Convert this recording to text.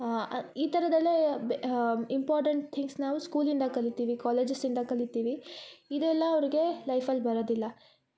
ಈ ಥರದೆಲ್ಲ important things ನಾವು ಸ್ಕೂಲಿಂದ ಕಲಿತೀವಿ ಕಾಲೇಜಸ್ಯಿಂದ ಕಲಿತೀವಿ ಇದೆಲ್ಲ ಅವ್ರ್ಗೆ ಲೈಫಲ್ಲಿ ಬರದಿಲ್ಲ